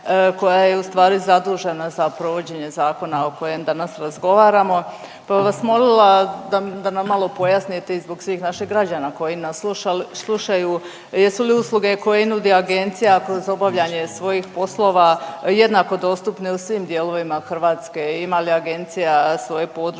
koja je ustvari zadužena za provođenje zakona o kojem danas razgovaramo, pa bi vas molila da nam malo pojasnite i zbog svih naših građana koji nas slušaju jesu li usluge koje nudi usluga agencija kroz obavljanje svojih poslova jednako dostupne u svim dijelovima Hrvatske i ima li agencija svoje podružnice,